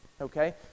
okay